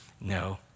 no